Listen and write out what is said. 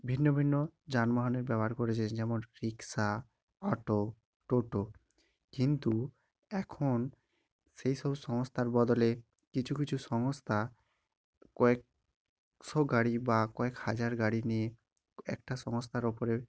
ভিন্ন ভিন্ন যানবাহনের ব্যবহার করেছে যেমন রিক্সা টোটো কিন্তু এখন সেই সব সংস্থার বদলে কিছু কিছু সংস্থা কয়েক শো গাড়ি বা কয়েক হাজার গাড়ি নিয়ে একটা সংস্থার ওপরে